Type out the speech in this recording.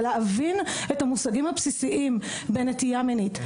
להבין את המושגים הבסיסיים בנטייה מינית למגדר,